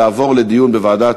תעבור לדיון בוועדת